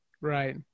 Right